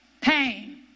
Pain